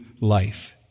life